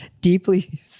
deeply